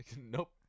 nope